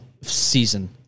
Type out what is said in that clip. season